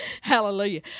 hallelujah